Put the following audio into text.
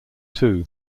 too